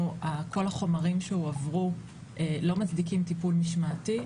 כל החומרים שהועברו לא מצדיקים טיפול משמעתי.